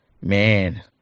man